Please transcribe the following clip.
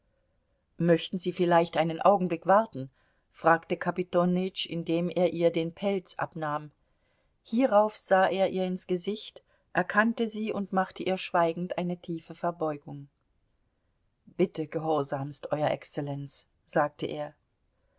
möchten sie vielleicht einen augenblick warten fragte kapitonütsch indem er ihr den pelz abnahm hierauf sah er ihr ins gesicht erkannte sie und machte ihr schweigend eine tiefe verbeugung bitte gehorsamst euer exzellenz sagte er